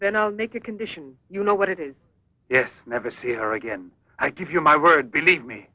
then i'll make a condition you know what it is yes never see her again i give you my word believe me